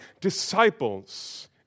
disciples